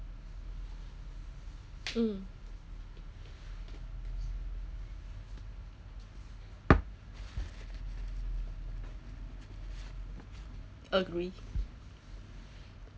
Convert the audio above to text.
mm agree